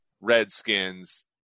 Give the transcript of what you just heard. Redskins